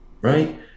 right